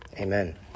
amen